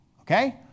Okay